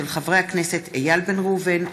של חברי הכנסת איל בן ראובן,